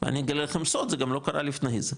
ואני אגלה לכם סוד, זה גם לא קרה לפני זה,